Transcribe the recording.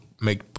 make